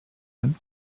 meant